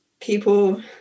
people